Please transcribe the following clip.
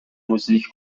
musik